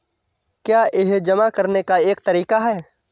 क्या यह जमा करने का एक तरीका है?